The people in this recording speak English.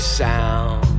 sound